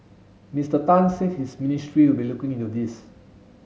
Mister Tan said his ministry will be looking into this